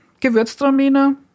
Gewürztraminer